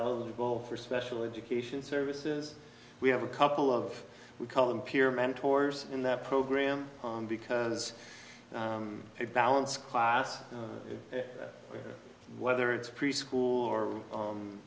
eligible for special education services we have a couple of we call them peer mentors in that program because they balance class whether it's preschool or